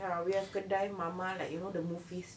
ya we have kedai mamak like you know the movies